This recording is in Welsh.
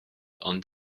ond